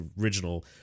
original